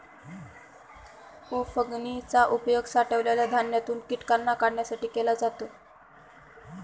उफणनी चा उपयोग साठवलेल्या धान्यातून कीटकांना काढण्यासाठी केला जातो